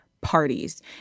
parties